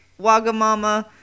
Wagamama